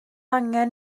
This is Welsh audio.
angen